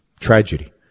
tragedy